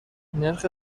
نرخ